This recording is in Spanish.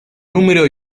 número